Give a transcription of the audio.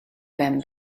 ben